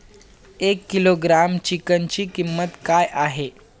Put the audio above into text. एक किलोग्रॅम चिकनची किंमत काय आहे?